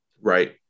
Right